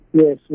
Yes